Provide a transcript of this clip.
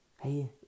Hey